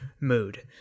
mood